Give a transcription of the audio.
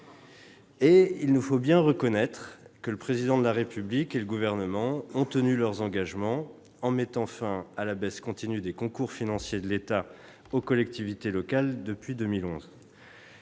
Il faut bien le reconnaître : le Président de la République et le Gouvernement ont tenu leurs engagements en mettant fin à la baisse continue que les concours financiers de l'État aux collectivités locales subissaient